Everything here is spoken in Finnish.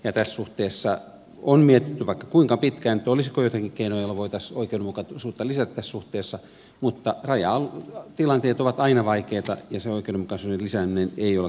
tässä suhteessa on mietitty vaikka kuinka pitkään olisiko joitakin keinoja joilla voitaisiin oikeudenmukaisuutta lisätä tässä suhteessa mutta rajatilanteet ovat aina vaikeita ja se oikeudenmukaisuuden lisääminen ei ole käytännössä helppoa